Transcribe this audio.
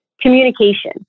Communication